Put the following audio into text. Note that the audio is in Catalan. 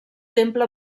temple